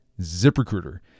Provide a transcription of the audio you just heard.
ZipRecruiter